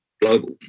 global